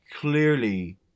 clearly